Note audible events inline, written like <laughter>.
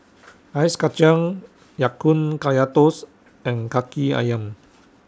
<noise> Ice Kachang Ya Kun Kaya Toast and Kaki Ayam